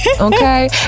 Okay